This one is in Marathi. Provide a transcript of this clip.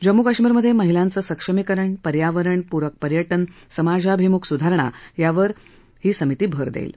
जम्मू काश्मीरमधे महिलांचं सक्षमीकरण पर्यावरण पूरक पर्यटन समाजाभिमुख सुधारणा इत्यादी बाबींवर ही समिती भर देईल